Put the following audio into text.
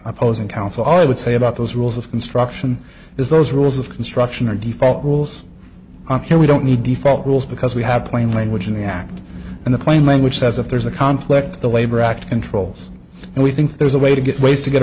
opposing counsel i would say about those rules of construction is those rules of construction or default rules and we don't need default rules because we have plain language in the act and the plain language says if there's a conflict the labor act controls and we think there's a way to get ways to get